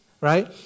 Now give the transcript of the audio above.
right